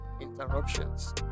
interruptions